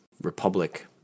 Republic